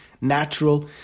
natural